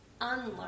unlearn